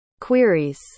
queries